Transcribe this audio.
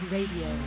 Radio